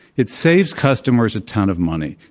it saves customers a ton of money.